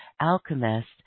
alchemist